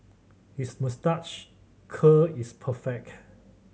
his moustache curl is perfect